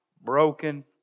broken